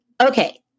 okay